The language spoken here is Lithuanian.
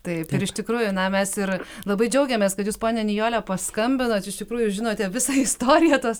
taip ir iš tikrųjų na mes ir labai džiaugiamės kad jūs ponia nijole paskambinot iš tikrųjų žinote visą istoriją tas